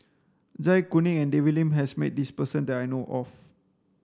Zai Kuning and David Lim has met this person that I know of